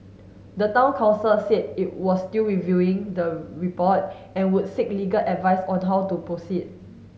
the Town Council said it was still reviewing the report and would seek legal advice on how to proceed